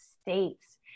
States